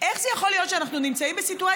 איך זה יכול להיות שאנחנו נמצאים בסיטואציה,